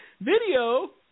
Video